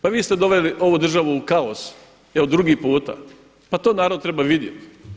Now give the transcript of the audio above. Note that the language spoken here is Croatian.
Pa vi ste doveli ovu državu u kaos evo drugi puta, pa to narod treba vidjeti.